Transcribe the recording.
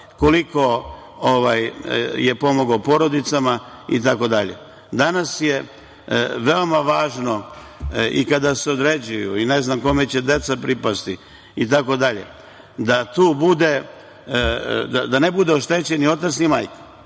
koliko je pomogao porodicama itd? Danas je veoma važno i kada se određuju, ne znam kome će deca pripasti itd, da ne budu oštećeni ni otac ni majka,